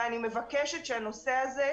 ואני מבקשת שהנושא הזה יטופל.